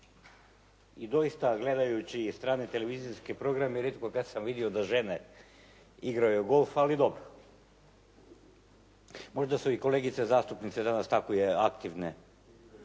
I doista gledajući i strane televizijske programe rijetko kad sam vidio da žene igraju golf, ali dobro. Možda su i kolegice zastupnice danas tako aktivne